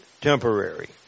temporary